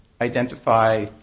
identify